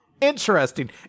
Interesting